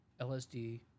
LSD